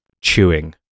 chewing